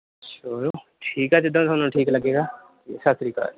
ਚਲੋ ਠੀਕ ਆ ਜਿੱਦਾਂ ਤੁਹਾਨੂੰ ਠੀਕ ਲੱਗੇਗਾ ਅਤੇ ਸਤਿ ਸ਼੍ਰੀ ਅਕਾਲ